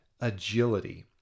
Agility